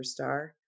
superstar